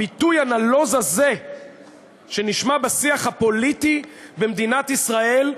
הביטוי הנלוז הזה שנשמע בשיח הפוליטי במדינת ישראל,